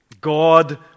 God